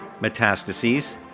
metastases